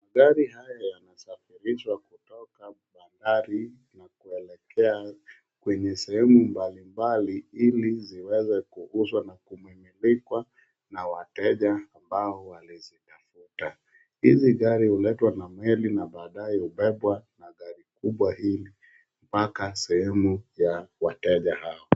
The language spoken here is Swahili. Magari haya yanasafirishwa kutoka bahari na kuelekea kwenye sehemu mbalimbali ili ziweze kuuzwa na kumilikwa na wateja ambao walizitafuta. Hizi gari huletwa na meli na baadae hubebwa na gari kubwa hili mpaka sehemu ya wateja hao.